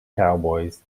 cowboys